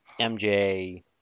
mj